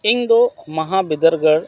ᱤᱧ ᱫᱚ ᱢᱚᱦᱟ ᱵᱤᱨᱫᱟᱹᱜᱟᱲ